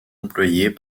employés